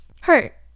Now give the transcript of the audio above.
hurt